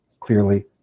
clearly